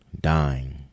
dying